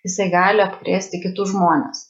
jisai gali apkrėsti kitus žmones